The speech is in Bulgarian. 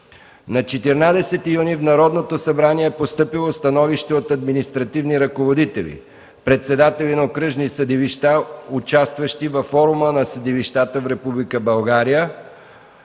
2013 г. в Народното събрание е постъпило Становище от административни ръководители, председатели на окръжни съдилища, участващи във Форума на съдилищата в Република България,